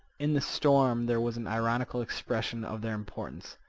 in the storm there was an ironical expression of their importance.